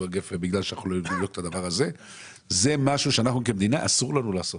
גפן זה משהו שלנו כמדינה אסור לעשות.